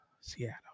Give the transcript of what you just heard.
Seattle